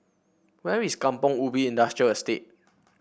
where is Kampong Ubi Industrial Estate